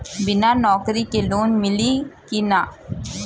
बिना नौकरी के लोन मिली कि ना?